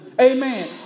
Amen